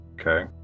Okay